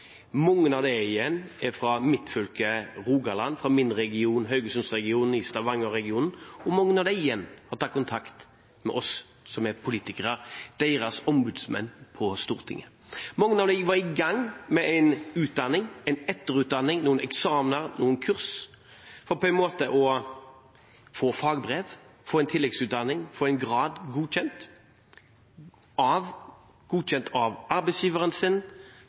Mange av dem igjen er fra mitt fylke, Rogaland, fra min region – Haugesundregionen – og fra Stavanger-regionen. Mange av dem igjen har tatt kontakt med oss som er politikere, deres ombudsmenn på Stortinget. Mange av dem var i gang med en utdanning, en etterutdanning, noen eksamener, noen kurs for å få fagbrev, få en tilleggsutdanning, få en grad godkjent av arbeidsgiveren sin – i dialog med familien sin.